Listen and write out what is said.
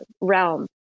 realm